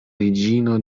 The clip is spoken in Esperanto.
reĝino